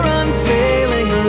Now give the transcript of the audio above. unfailing